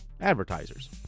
advertisers